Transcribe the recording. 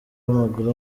w’amaguru